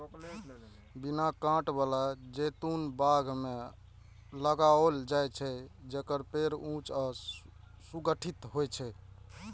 बिना कांट बला जैतून बाग मे लगाओल जाइ छै, जेकर पेड़ ऊंच आ सुगठित होइ छै